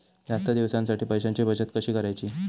जास्त दिवसांसाठी पैशांची बचत कशी करायची?